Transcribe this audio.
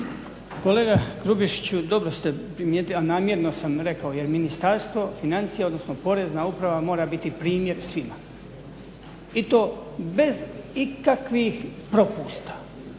ste primjetili, a namjerno sam rekao jer Ministarstvo financija, odnosno Porezna uprava mora biti primjer svima i to bez ikakvih propusta.